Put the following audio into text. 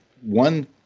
one